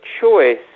choice